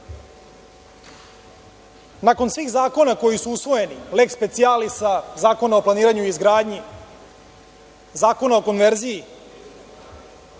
krah. Nakon svih zakona koji su usvojeni, leks specijalisa, Zakona o planiranju i izgradnji, Zakona o konverziji,